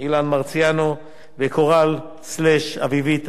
אילן מרסיאנו וקורל אלמוגית אבירם.